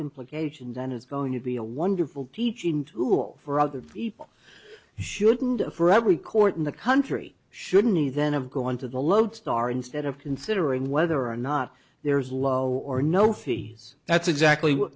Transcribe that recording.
implications and it's going to be a wonderful teaching tool for other people shouldn't for every court in the country shouldn't he then have gone to the lodestar instead of considering whether or not there is low or no fees that's exactly what